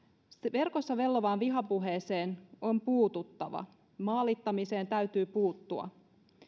verkossa vellovaan vihapuheeseen on puututtava maalittamiseen täytyy puuttua